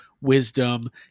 wisdom